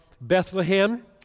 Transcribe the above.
Bethlehem